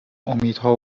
امیدها